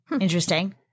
Interesting